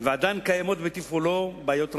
ועדיין קיימות בתפעולו בעיות רבות.